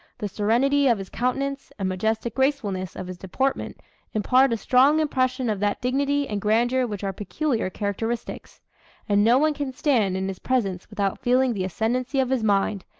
the serenity of his countenance, and majestic gracefulness of his deportment impart a strong impression of that dignity and grandeur which are peculiar characteristics and no one can stand in his presence without feeling the ascendancy of his mind,